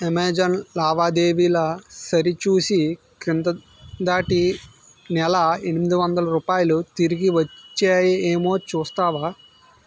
Amazon లావాదేవీల సరిచూసి క్రిందాటి నెల ఎనిమిది వందల రూపాయలు తిరిగి వచ్చాయేమో చూస్తావా